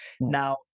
Now